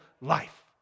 life